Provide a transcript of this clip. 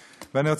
גם המחשבה והדיבור.